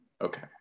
Okay